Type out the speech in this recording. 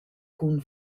cun